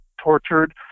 tortured